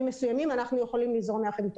מסוימים אנחנו יכולים לזרום יחד איתם.